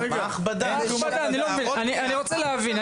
אני רוצה להבין.